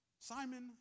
Simon